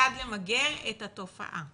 כיצד למגר את התופעה.